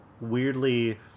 weirdly